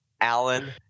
Alan